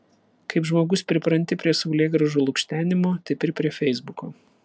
kaip žmogus pripranti prie saulėgrąžų lukštenimo taip ir prie feisbuko